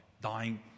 Dying